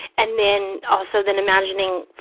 and then, also then imagining,